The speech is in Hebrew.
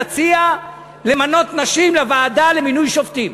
נציע למנות נשים לוועדה למינוי שופטים.